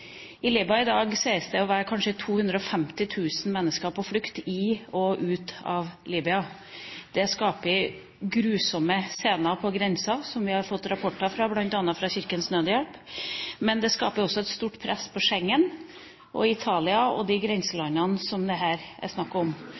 I Libya i dag sies det å være kanskje 250 000 mennesker på flukt i og ut av Libya. Det skaper grusomme scener på grensen, som vi har fått rapporter om bl.a. fra Kirkens Nødhjelp, men det skaper også et stort press på Schengen og Italia og de grenselandene det her er snakk om.